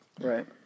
Right